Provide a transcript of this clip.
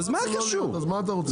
החלטנו לא להיות.